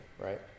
right